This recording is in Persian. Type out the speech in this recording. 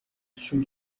توشون